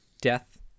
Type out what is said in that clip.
death